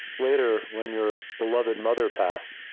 later when your beloved mother passed,